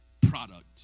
product